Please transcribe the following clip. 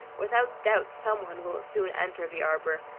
without doubt some one will soon enter the arbour,